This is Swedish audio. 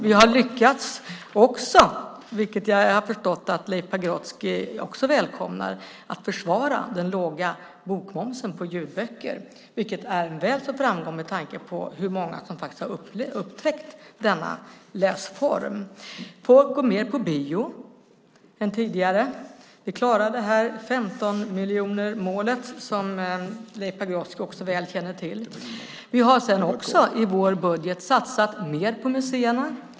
Vi har också lyckats, vilket jag har förstått att Leif Pagrotsky också välkomnar, försvara den låga bokmomsen på ljudböcker, vilket är en väl så stor framgång med tanke på hur många som faktiskt har upptäckt denna läsform. Folk går mer på bio än tidigare. Vi klarade här 15 miljoner-målet, som Leif Pagrotsky också väl känner till. Vi har också i vår budget satsat mer på museerna.